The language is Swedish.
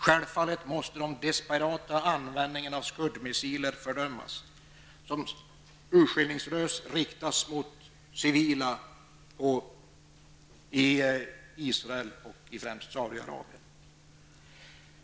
Självfallet måste den desperata användningen av Scudmissiler fördömas, vilka urskiljningslöst riktas mot civila i Israel och främst Saudiarabien.